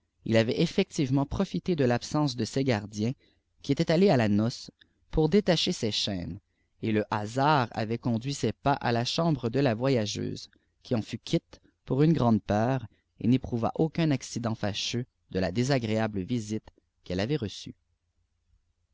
il avait effectivement profité de l'absence de ses gardiens qui étaient aués à la noce pour détacher ses chaînes et le hasard avait conduit ses pas à la chambre de la voyageuse qui en fut quitte pour une grande peur et n'éprouva aucun accident fâcheux de la désagréable visite qu'elle avait reçue